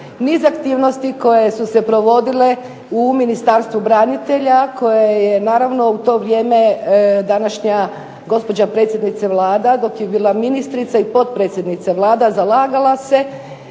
niz aktivnosti koje su se provodile u Ministarstvu branitelja koje je, naravno, u to vrijeme današnja gospođa predsjednica Vlade dok je bila ministrica i potpredsjednica Vlade zalagala se,